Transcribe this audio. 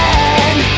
end